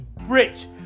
rich